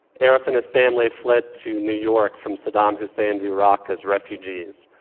aref and his family fled to new york from saddam hussein's iraq as refugees.